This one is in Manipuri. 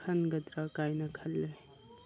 ꯈꯟꯒꯗ꯭ꯔꯥ ꯀꯥꯏꯅ ꯈꯜꯂꯤ